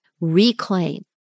reclaim